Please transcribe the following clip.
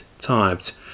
typed